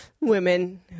women